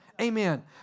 Amen